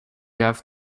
have